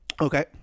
Okay